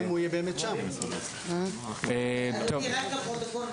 רק לפרוטוקול,